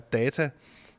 data-